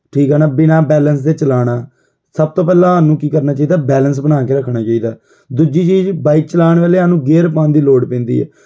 ਠੀਕ ਆ ਨਾ ਬਿਨਾਂ ਬੈਂਲਸ ਦੇ ਚਲਾਉਣਾ ਸਭ ਤੋਂ ਪਹਿਲਾਂ ਸਾਨੂੰ ਕੀ ਕਰਨਾ ਚਾਹੀਦਾ ਬੈਲੈਂਸ ਬਣਾ ਕੇ ਰੱਖਣਾ ਚਾਹੀਦਾ ਦੂਜੀ ਚੀਜ਼ ਬਾਈਕ ਚਲਾਉਣ ਵੇਲੇ ਸਾਨੂੰ ਗੇਅਰ ਪਾਉਣ ਦੀ ਲੋੜ ਪੈਂਦੀ ਹੈ